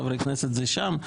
חברי כנסת זה שם.